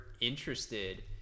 interested